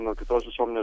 nuo kitos visuomenės